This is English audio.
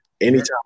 Anytime